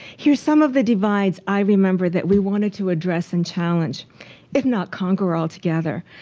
here's some of the divides, i remember, that we wanted to address and challenge if not conquer altogether.